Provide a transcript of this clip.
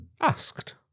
Asked